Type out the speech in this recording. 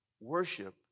worship